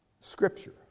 Scripture